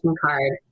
card